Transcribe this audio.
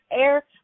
air